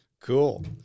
Cool